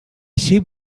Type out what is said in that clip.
sheep